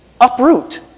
uproot